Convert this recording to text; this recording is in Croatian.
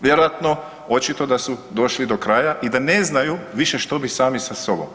Vjerovatno očito da su došli do kraja i da ne znaju više što bi sami sa sobom.